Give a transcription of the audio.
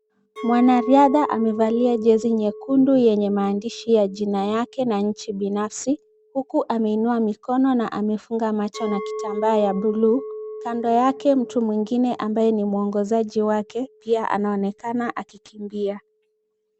Mwanariadha amevalia jezi nyekundu yenye maandishi ya jina lake na nchi binafsi huku ameinua mikono na amefunga macho na kitambaa ya bluu. Kando yake mtu mwingine ambaye ni mwongozaji wake, pia anaonekana akikimbia.